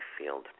field